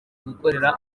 gukorera